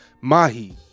Mahi